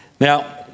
Now